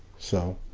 so.